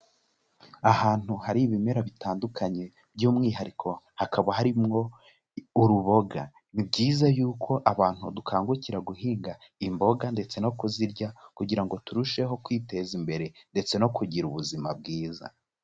Ahantu hari ibimera bitandukanye, by'umwihariko hakaba harimo uruboga, ni byiza yuko abantu dukangukira guhinga imboga ndetse no kuzirya kugira ngo turusheho kwiteza imbere ndetse no kugira ubuzima bwiza.